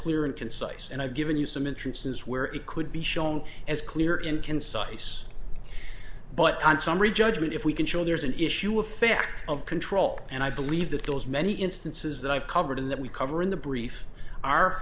clear and concise and i've given you some interest is where it could be shown as clear in concise but on summary judgment if we can show there's an issue affect of control and i believe that those many instances that i've covered in that we cover in the brief are